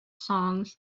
songs